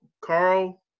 Carl